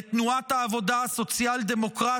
לתנועת העבודה הסוציאל-דמוקרטית,